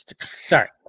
Sorry